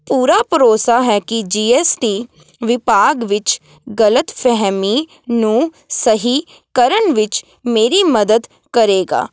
ਪੂਰਾ ਭਰੋਸਾ ਹੈ ਕਿ ਜੀ ਐਸ ਟੀ ਵਿਭਾਗ ਵਿੱਚ ਗਲਤ ਫ਼ਹਿਮੀ ਨੂੰ ਸਹੀ ਕਰਨ ਵਿੱਚ ਮੇਰੀ ਮਦਦ ਕਰੇਗਾ